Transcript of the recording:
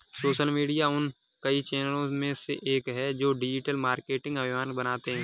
social media उन कई चैनलों में से एक है जो डिजिटल मार्केटिंग अभियान बनाते हैं